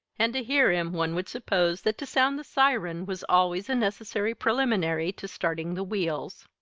and to hear him one would suppose that to sound the siren was always a necessary preliminary to starting the wheels.